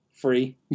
free